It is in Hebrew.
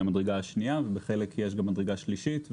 המדרגה השנייה ובחלק יש גם מדרגה שלישית.